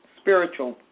spiritual